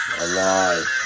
alive